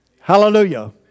Hallelujah